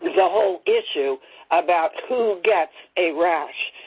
the whole issue about who gets a rash.